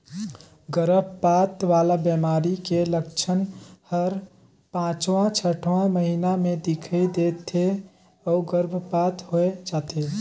गरभपात वाला बेमारी के लक्छन हर पांचवां छठवां महीना में दिखई दे थे अउ गर्भपात होय जाथे